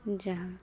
ᱡᱟᱦᱟᱸ